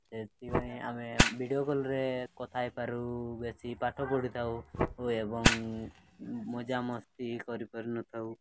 ସେଥିପାଇଁ ଆମେ ଭିଡ଼ିଓ କଲ୍ରେ କଥା ହୋଇପାରୁ ବେଶୀ ପାଠ ପଢ଼ିଥାଉ ଏବଂ ମଜା ମସ୍ତି କରିପାରିନଥାଉ